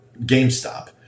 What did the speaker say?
GameStop